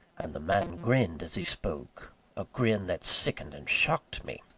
and the man grinned as he spoke a grin that sickened and shocked me.